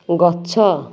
ଗଛ